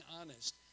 honest